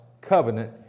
covenant